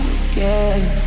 again